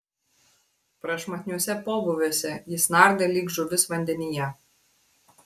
prašmatniuose pobūviuose jis nardė lyg žuvis vandenyje